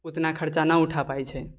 ओतना खर्चा नहि उठा पाबै छै